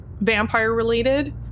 vampire-related